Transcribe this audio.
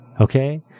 Okay